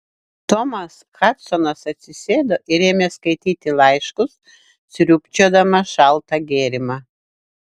tomas hadsonas atsisėdo ir ėmė skaityti laiškus sriubčiodamas šaltą gėrimą